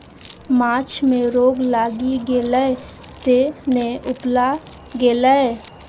माछ मे रोग लागि गेलै तें ने उपला गेलै